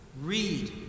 read